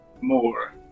more